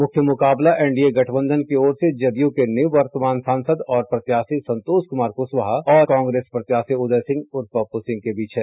मुख्य मुकाबला एनडीए गठबंधन की ओर से जदयू के निवर्तमान सांसद और प्रत्याशी संतोष कुमार कुशवाहा और यूपीए से कांग्रेस प्रत्याशी उदय सिंह उर्फ पप्पू सिंह के बीच है